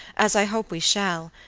as i hope we shall,